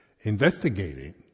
investigating